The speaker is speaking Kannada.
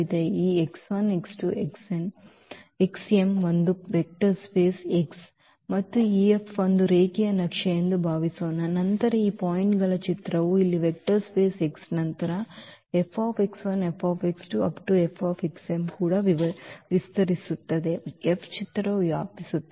ಈ ಒಂದು ವೆಕ್ಟರ್ ಸ್ಪೇಸ್ X ಮತ್ತು ಈ F ಒಂದು ರೇಖೀಯ ನಕ್ಷೆ ಎಂದು ಭಾವಿಸೋಣ ನಂತರ ಈ ಪಾಯಿಂಟ್ಗಳ ಚಿತ್ರವು ಇಲ್ಲಿ ವೆಕ್ಟರ್ ಸ್ಪೇಸ್ X ನಂತರ ಈ ಕೂಡ ವಿಸ್ತರಿಸುತ್ತದೆ F ಚಿತ್ರವು ವ್ಯಾಪಿಸುತ್ತದೆ